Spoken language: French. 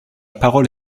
parole